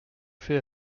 fait